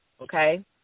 okay